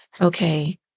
Okay